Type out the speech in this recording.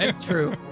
True